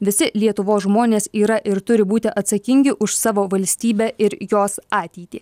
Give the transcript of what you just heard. visi lietuvos žmonės yra ir turi būti atsakingi už savo valstybę ir jos ateitį